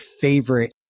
favorite